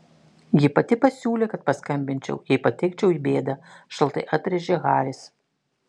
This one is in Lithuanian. ji pati pasiūlė kad paskambinčiau jei patekčiau į bėdą šaltai atrėžė haris